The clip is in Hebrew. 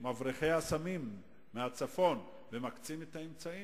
מבריחי הסמים מהצפון ומקצים את האמצעים,